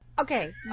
Okay